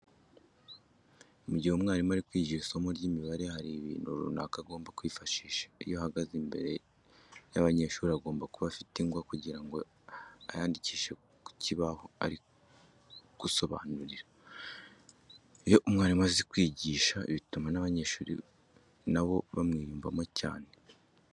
Mu gihe umwarimu ari kwigisha isomo ry'imibare hari ibintu runaka agomba kwifashisha. Iyo ahagaze imbere y'abanyeshuri agomba kuba afite ingwa kugira ngo ayandikishe ku kibaho ari kubasobanurira. Iyo umwarimu azi kwigisha bituma n'abanyeshuri na bo bamwiyumvamo cyane.